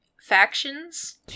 factions